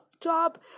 job